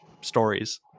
stories